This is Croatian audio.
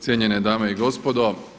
Cijenjene dame i gospodo.